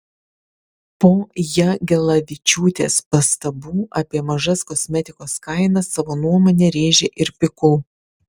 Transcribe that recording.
po jagelavičiūtės pastabų apie mažas kosmetikos kainas savo nuomonę rėžė ir pikul